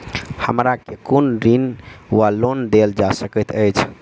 हमरा केँ कुन ऋण वा लोन देल जा सकैत अछि?